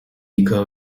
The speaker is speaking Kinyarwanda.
bikaba